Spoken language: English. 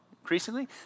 increasingly